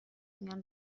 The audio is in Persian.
میان